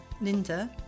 Linda